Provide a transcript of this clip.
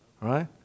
right